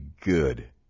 good